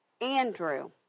Andrew